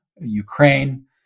Ukraine